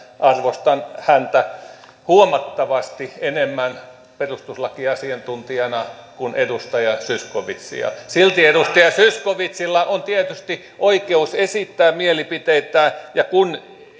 arvostan häntä huomattavasti enemmän perustuslakiasiantuntijana kuin edustaja zyskowiczia silti edustaja zyskowiczilla on tietysti oikeus esittää mielipiteitään ja kun